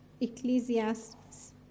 Ecclesiastes